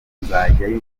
nzajyayo